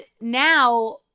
now